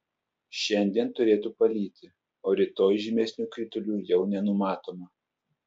šiandien turėtų palyti o rytoj žymesnių kritulių jau nenumatoma